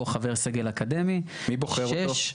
או חבר סגל אקדמי -- מי בוחר אותו?